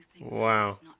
wow